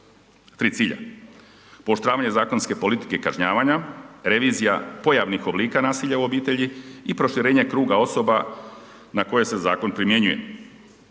tri cilja, pooštravanje zakonske politike kažnjavanja, revizija pojavnih oblika nasilja u obitelji i proširenje kruga osoba na koje se zakon primjenjuje.